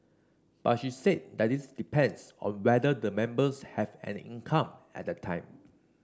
but she said that this depends on whether the members have an income at that time